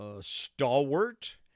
stalwart